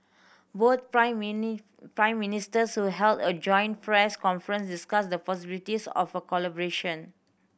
both prime mini Prime Ministers who held a joint press conference discussed the possibilities of a collaboration